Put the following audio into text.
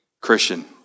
Christian